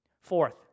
Fourth